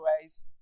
ways